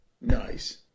Nice